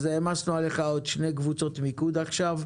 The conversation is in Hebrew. העמסנו עליך עוד שתי קבוצות מיקוד עכשיו.